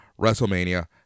WrestleMania